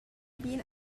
been